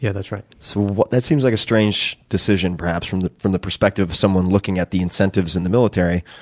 yeah that's right. so that seems like a strange decision, perhaps, from the from the perspective of someone looking at the incentives in the military,